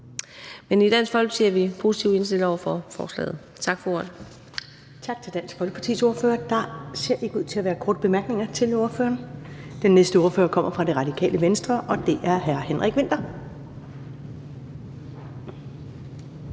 Men i Dansk Folkeparti er vi positivt indstillet over for forslaget. Tak for ordet.